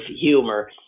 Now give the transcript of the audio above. humor